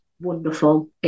wonderful